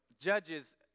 Judges